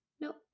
Nope